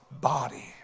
body